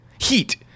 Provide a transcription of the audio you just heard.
Heat